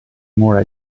more